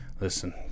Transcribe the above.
listen